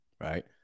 right